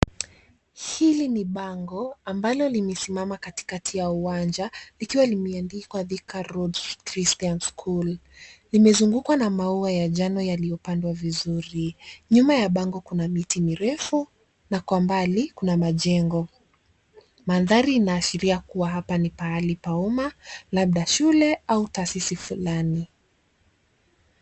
Hili ni bango ambalo limesimama katikati ya uwanja likiwa limeandikwa Thika Road Christian School, limezungukwa na maua ya njano yaliyopandwa vizuri. Nyuma ya bango kuna miti mirefu na kwa mbali kuna majengo. Mandhari inaashiria kuwa hapa ni pahali pa umma labda shule au taaasisi fulani.